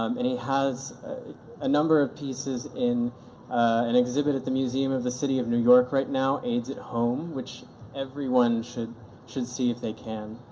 um and he has a number of pieces in an exhibit at the museum of the city of new york right now, aids at home, which everyone should should see if they can.